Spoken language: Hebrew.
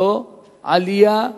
זו עלייה,